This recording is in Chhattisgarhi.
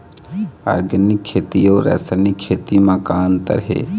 ऑर्गेनिक खेती अउ रासायनिक खेती म का अंतर हे?